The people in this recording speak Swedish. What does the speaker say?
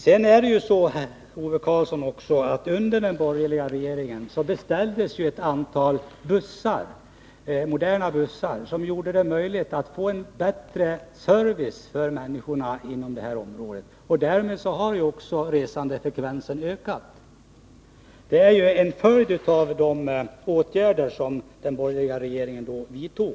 Sedan är det också så, Ove Karlsson, att det under den borgerliga regeringstiden beställdes ett antal moderna bussar, som gjorde det möjligt att få en bättre service för människorna inom detta område. Därmed har också resandefrekvensen ökat. Det är en följd av de åtgärder som de borgerliga regeringarna vidtog.